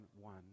one